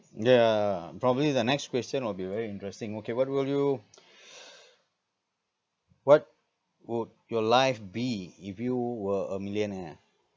ya probably the next question will be very interesting okay what will you what would your life be if you were a millionaire